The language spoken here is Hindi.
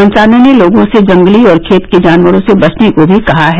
मंत्रालय ने लोगों से जंगली और खेत के जानवरों से बचने को भी कहा है